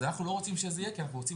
אנחנו לא רוצים שזה יהיה כי אנחנו רוצים